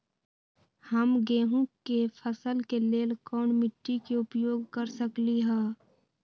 हम गेंहू के फसल के लेल कोन मिट्टी के उपयोग कर सकली ह?